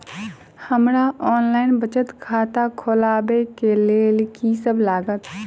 हमरा ऑनलाइन बचत खाता खोलाबै केँ लेल की सब लागत?